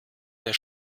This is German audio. der